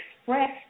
express